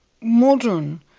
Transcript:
modern